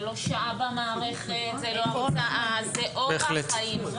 זה לא שעה במערכת, זה לא הרתעה, זה אורח חיים.